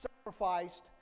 sacrificed